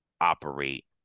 operate